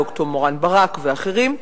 ד"ר מורן ברק ואחרים.